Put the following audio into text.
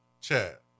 chat